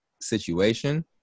situation